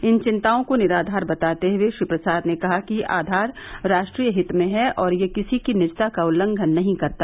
इन चिंताओं को निराधार बताते हुए श्री प्रसाद ने कहा कि आधार राष्ट्रीय हित में है और यह किसी की निजता का उल्लंघन नहीं करता